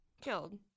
killed